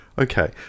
Okay